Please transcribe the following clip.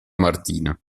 martina